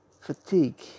Fatigue